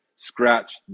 scratch